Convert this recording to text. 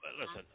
Listen